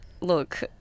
look